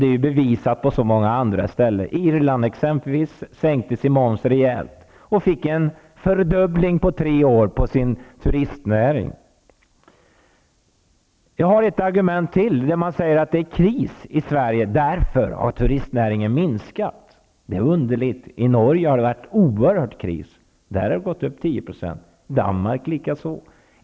Det är bevisat på så många andra ställen. Irland, t.ex., sänkte sin moms rejält, och turistnäringen fördubblades på tre år. Jag har ett argument till. Det sägs att det råder en kris i Sverige och därför har turistnäringen minskat i omfattning. Det är underligt. I Norge råder en oerhörd kris. Där har turistnäringen ökat med 10 %. I Danmark likaså.